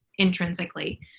intrinsically